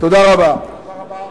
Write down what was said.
תודה רבה.